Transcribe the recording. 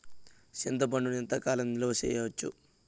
చింతపండును ఎంత కాలం నిలువ చేయవచ్చు?